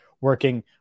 working